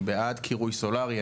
אני בעד קירוי סולרי,